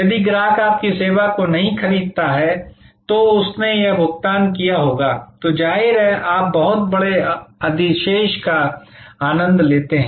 यदि ग्राहक आपकी सेवा को नहीं खरीदता है तो उसने यह भुगतान किया होगा तो जाहिर है आप बहुत बड़े अधिशेष का आनंद लेते हैं